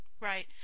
Right